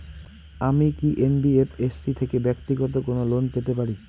আমি কি এন.বি.এফ.এস.সি থেকে ব্যাক্তিগত কোনো লোন পেতে পারি?